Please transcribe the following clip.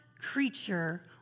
creature